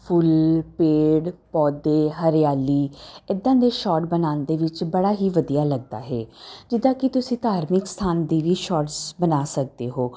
ਫੁੱਲ ਪੇੜ ਪੌਦੇ ਹਰਿਆਲੀ ਇੱਦਾਂ ਦੇ ਸ਼ੋਟ ਬਣਾਉਣ ਦੇ ਵਿੱਚ ਬੜਾ ਹੀ ਵਧੀਆ ਲੱਗਦਾ ਹੈ ਜਿੱਦਾਂ ਕਿ ਤੁਸੀਂ ਧਾਰਮਿਕ ਸਥਾਨ ਦੀ ਵੀ ਸ਼ੋਟਸ ਬਣਾ ਸਕਦੇ ਹੋ